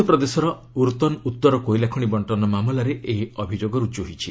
ମଧ୍ୟପ୍ରଦେଶର ଉରତନ୍ ଉତ୍ତର କୋଇଲା ଖଣି ବଣ୍ଟନ ମାମଲାରେ ଏହି ଅଭିଯୋଗ ର୍ରକ୍ତ ହୋଇଛି